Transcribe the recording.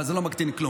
אבל זה לא מקטין כלום.